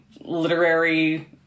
literary